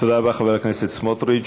תודה רבה, חבר הכנסת סמוטריץ.